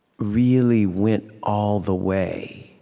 really went all the way